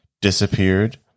disappeared